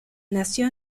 nació